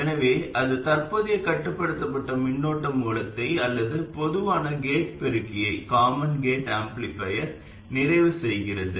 எனவே அது தற்போதைய கட்டுப்படுத்தப்பட்ட மின்னோட்ட மூலத்தை அல்லது பொதுவான கேட் பெருக்கியை நிறைவு செய்கிறது